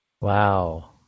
Wow